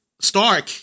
Stark